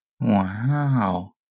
Wow